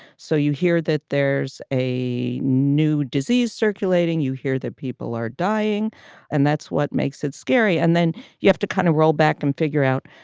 so you hear that there's a new disease circulating. you hear that people are dying and that's what makes it scary. and then you have to kind of roll back and figure out,